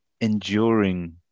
enduring